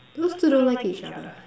those two don't like each other